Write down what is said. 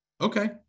Okay